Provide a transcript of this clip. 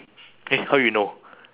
eh how you know